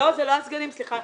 לא, אלו לא הסגנים, סליחה.